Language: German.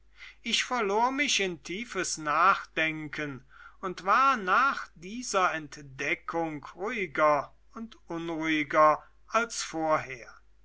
ich verlor mich in tiefes nachdenken und war nach dieser entdeckung ruhiger und unruhiger als vorher